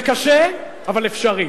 זה קשה, אבל אפשרי.